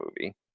movie